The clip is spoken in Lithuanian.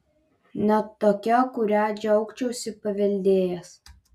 ne tokia kurią džiaugčiausi paveldėjęs